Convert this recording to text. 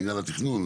מינהל התכנון,